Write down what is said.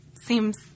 seems